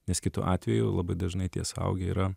nes kitu atveju labai dažnai tie suaugę yra